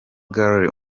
gualbert